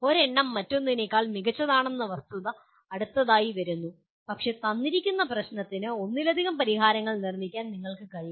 ഒരെണ്ണം മറ്റൊന്നിനേക്കാൾ മികച്ചതാണെന്ന വസ്തുത അടുത്തതായി വരുന്നു പക്ഷേ തന്നിരിക്കുന്ന പ്രശ്നത്തിന് ഒന്നിലധികം പരിഹാരങ്ങൾ നിർമ്മിക്കാൻ നിങ്ങൾക്ക് കഴിയണം